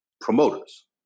promoters